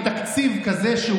עם תקציב כזה,